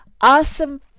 awesome